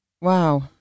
wow